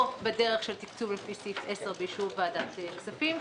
או בדרך של תקצוב לפי סעיף 10 ואישור ועדת הכספים,